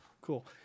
cool